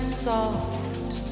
soft